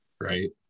right